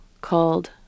called